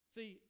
See